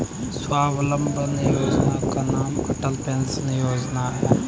स्वावलंबन योजना का ही नाम अटल पेंशन योजना है